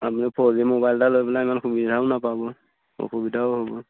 আপুনি four G mobile এটা লৈ পেলাই ইমান সুবিধাও নাপাব অসুবিধাও হ'ব